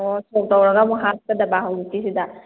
ꯑꯣ ꯁꯣꯛ ꯇꯧꯔꯀꯥꯟꯗ ꯍꯥꯞꯀꯗꯕ ꯍꯧꯖꯤꯛꯀꯤꯁꯤꯗ